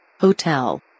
Hotel